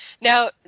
Now